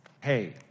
hey